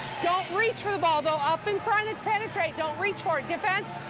reach for the ball go up and try to penetrate. don't reach for it defense,